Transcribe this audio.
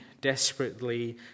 desperately